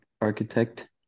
architect